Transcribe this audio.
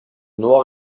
noir